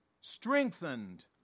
strengthened